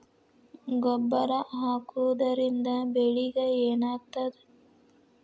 ಗೊಬ್ಬರ ಹಾಕುವುದರಿಂದ ಬೆಳಿಗ ಏನಾಗ್ತದ?